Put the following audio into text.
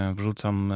wrzucam